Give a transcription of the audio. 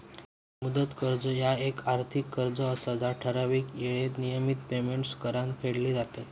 मुदत कर्ज ह्या येक आर्थिक कर्ज असा जा ठराविक येळेत नियमित पेमेंट्स करान फेडली जातत